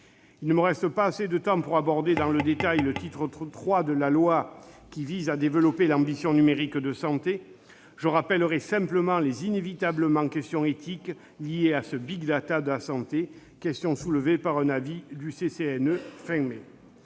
Il ne me reste pas assez de temps pour aborder dans le détail le titre III du projet de loi qui vise à développer l'ambition numérique en santé. Je rappellerai simplement les inévitables questions éthiques liées à ce big data de la santé, questions soulevées par un avis du Comité